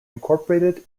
incorporated